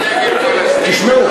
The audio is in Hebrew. תשמעו,